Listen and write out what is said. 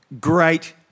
great